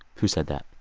who said that?